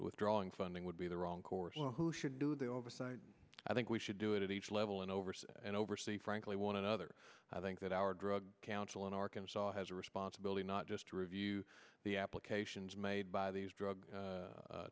withdrawing funding would be the wrong course who should do the oversight i think we should do it at each level and oversee and oversee frankly one another i think that our drug counselor in arkansas has a responsibility not just to review the applications made by these drug